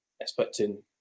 expecting